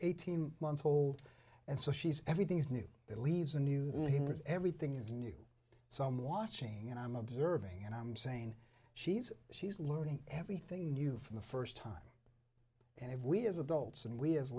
eighteen months old and so she's everything is new that leaves a new then he has everything is new some watching and i'm observing and i'm saying she's she's learning everything new from the first time and if we as adults and we as